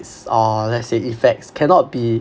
or let's say effects cannot be